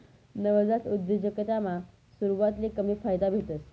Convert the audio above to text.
नवजात उद्योजकतामा सुरवातले कमी फायदा भेटस